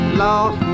lost